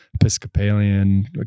Episcopalian